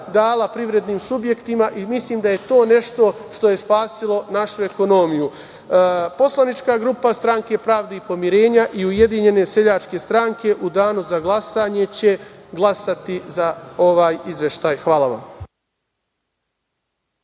dala privrednim subjektima. Mislim da je to nešto što je spasilo našu ekonomiju. Poslanička grupa Stranke pravde i pomirenja i Ujedinjene seljačke stranke u danu za glasanje će glasati za ovaj izveštaj. Hvala vam.